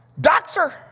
doctor